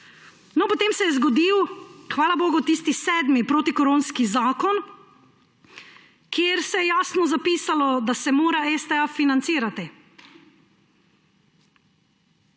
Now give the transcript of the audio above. Potem se je zgodil, hvala bogu, tisti sedmi protikoronski zakon, kjer se je jasno zapisalo, da se mora STA financirati